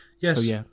yes